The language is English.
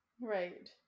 Right